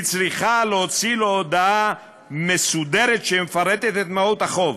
היא צריכה להוציא לו הודעה מסודרת שמפרטת את מהות החוב,